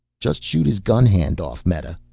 just shoot his gun hand off, meta,